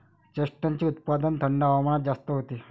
चेस्टनटचे उत्पादन थंड हवामानात जास्त होते